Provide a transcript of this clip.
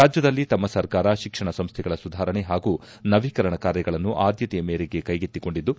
ರಾಜ್ಲದಲ್ಲಿ ತಮ್ನ ಸರ್ಕಾರ ಶಿಕ್ಷಣ ಸಂಸ್ಥೆಗಳ ಸುಧಾರಣೆ ಹಾಗೂ ನವೀಕರಣ ಕಾರ್ಯಗಳನ್ನು ಆದ್ದತೆಯ ಮೇರೆಗೆ ಕ್ಕೆಗೆತ್ತಿಕೊಂಡಿದ್ದು